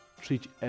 Treat